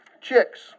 chicks